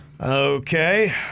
Okay